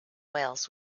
wales